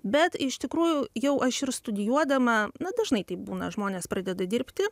bet iš tikrųjų jau aš ir studijuodama na dažnai taip būna žmonės pradeda dirbti